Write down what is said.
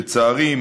לצערי,